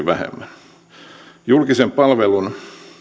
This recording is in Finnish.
vähemmän julkisen palvelun